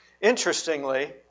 interestingly